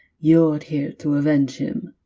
you're here to avenge him.